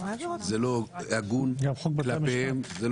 זה לא הגון כלפיהם.